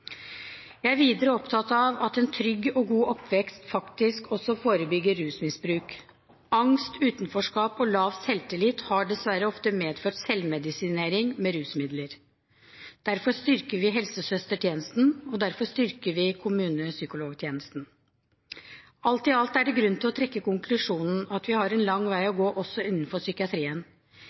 Jeg er videre opptatt av at en trygg og god oppvekst faktisk også forebygger rusmisbruk. Angst, utenforskap og lav selvtillit har dessverre ofte medført selvmedisinering med rusmidler. Derfor styrker vi helsesøstertjenesten, og derfor styrker vi kommunepsykologtjenesten. Alt i alt er det grunn til å trekke konklusjonen at vi har en lang vei å gå også innenfor psykiatrien.